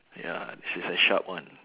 ya this is a sharp one